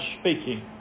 speaking